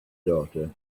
daughter